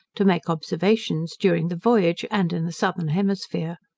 to make observations during the voyage, and in the southern hemisphere.